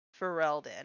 Ferelden